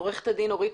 החוק הזה הוא טרום